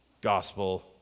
Gospel